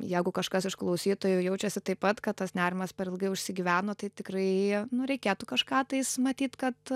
jeigu kažkas iš klausytojų jaučiasi taip pat kad tas nerimas per ilgai užsigyveno tai tikrai a nu reikėtų kažką tais matyt kad